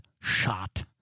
shot